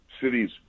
cities